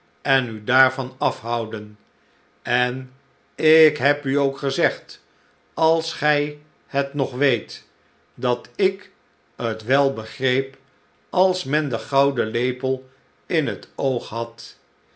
en u daarvan afhouden en ik heb u ook gezegd als gij het nog weet dat ik het wel begreep als men den gouden lepel in het oog had